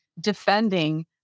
defending